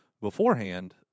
beforehand